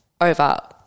over